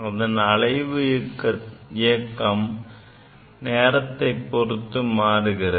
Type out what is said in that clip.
அதன் அலைவு இயக்கம் நேரத்தை பொறுத்து மாறுகிறது